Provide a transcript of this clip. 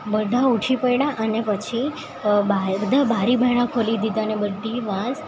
બધા ઊઠી પડ્યાં અને પછી બધાં બારી બારણાં ખોલી દીધા ને બધી વાસ